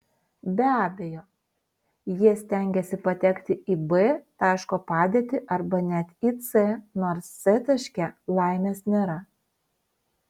be abejo jie stengiasi patekti į b taško padėtį arba net ir į c nors c taške laimės nėra